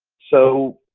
so